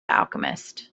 alchemist